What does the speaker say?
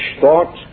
thought